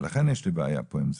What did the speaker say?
לכן יש לי בעיה פה עם זה.